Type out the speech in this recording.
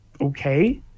okay